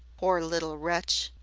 poor little wretch!